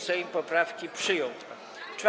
Sejm poprawki przyjął.